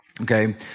okay